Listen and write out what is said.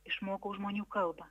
išmokau žmonių kalbą